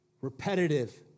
repetitive